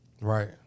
Right